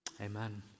Amen